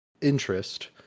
interest